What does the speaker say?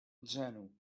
zero